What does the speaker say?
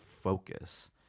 focus